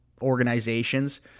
organizations